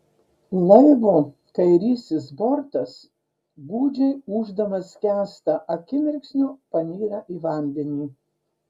laivo kairysis bortas gūdžiai ūždamas skęsta akimirksniu panyra į vandenį